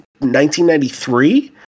1993